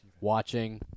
watching